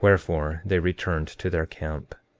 wherefore, they returned to their camp.